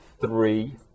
three